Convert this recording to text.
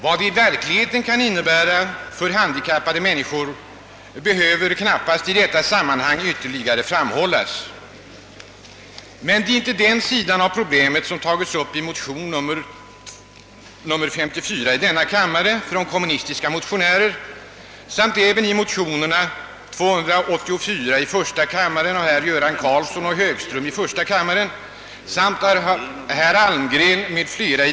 Vad de i verkligheten kan innebära för handikappade mänmiskor behöver knappast i (detta sammanhang ytterligare framhållas. Det är emellertid inte den sidan av problemet som tagits upp i motion II: 54 av kommunistiska motionärer samt i motionerna 1I1:294 av herrar Göran Karlsson och Högström och II: 354 av herr Almgren m.fl.